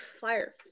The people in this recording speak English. fire